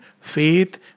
faith